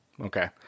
Okay